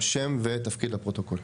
שם ותפקיד לפרוטוקול.